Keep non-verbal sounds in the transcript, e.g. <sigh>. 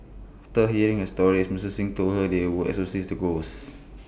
<unintelligible> hearing A stories Mister Xing told her they would exorcise the ghosts